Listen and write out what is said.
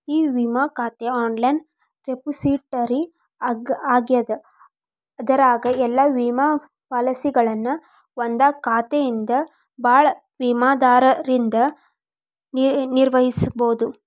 E ವಿಮಾ ಖಾತೆ online repository ಆಗ್ಯದ ಅದರಾಗ ಎಲ್ಲಾ ವಿಮಾ ಪಾಲಸಿಗಳನ್ನ ಒಂದಾ ಖಾತೆಯಿಂದ ಭಾಳ ವಿಮಾದಾರರಿಂದ ನಿರ್ವಹಿಸಬೋದು